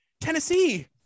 tennessee